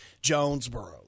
Jonesboro